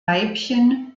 weibchen